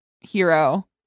hero